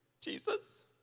Jesus